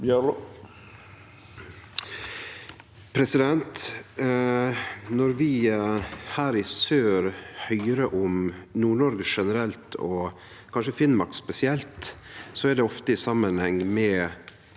Når vi her i sør høyrer om Nord-Noreg generelt og kanskje Finnmark spesielt, er det ofte i samanheng med